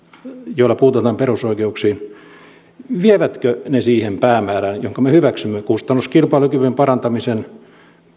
joilla puututaan perusoikeuksiin siihen päämäärään jonka me hyväksymme kustannuskilpailukyvyn parantamisen